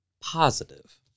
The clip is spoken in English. positive